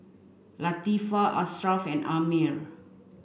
Latifa Ashraff and Ammir